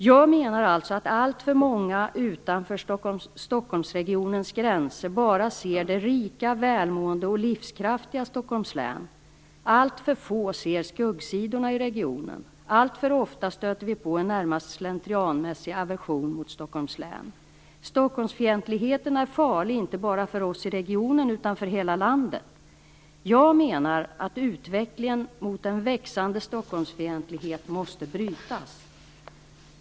Jag menar alltså att alltför många utanför Stockholmsregionens gränser bara ser det rika, välmående och livskraftiga Stockholms län. Alltför få ser skuggsidorna i regionen. Alltför ofta stöter vi på en närmast slentrianmässig aversion mot Stockholms län. Stockholmsfientligheten är farlig, inte bara för oss i regionen utan för hela landet. Jag menar att utvecklingen mot en växande Stockholmsfientlighet måste brytas.